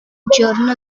giorno